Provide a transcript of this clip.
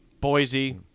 Boise